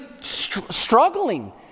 struggling